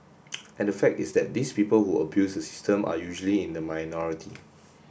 and the fact is that these people who abuse the system are usually in the minority